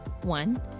One